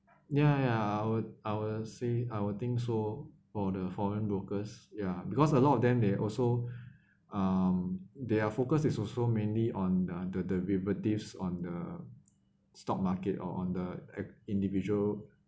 ya ya I will I will say I will think so for the foreign brokers yeah because a lot of them they also um they are focus is also mainly on the the derivatives on the stock market or on the eh individual